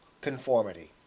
conformity